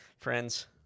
Friends